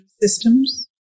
systems